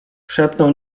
szepnął